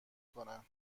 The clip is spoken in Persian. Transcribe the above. کنن